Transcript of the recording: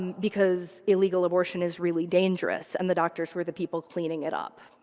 because illegal abortion is really dangerous, and the doctors were the people cleaning it up,